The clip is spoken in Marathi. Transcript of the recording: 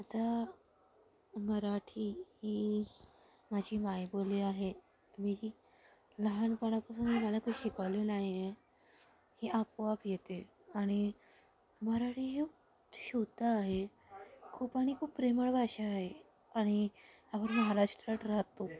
आता मराठी ही माझी मायबोली आहे मी ही लहानपणापासून मला ते शिकवलेलं आहे हे आपोआप येते आणि मराठी यू शुद्ध आहे खूप आणि खूप प्रेमळ भाषा आहे आणि आपण महाराष्ट्रात राहतो